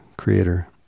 creator